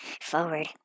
forward